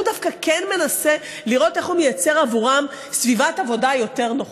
דווקא כן מנסה לראות איך הוא מייצר עבורם סביבת עבודה יותר נוחה,